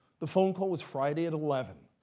the phone call was friday at eleven